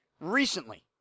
recently